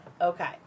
Okay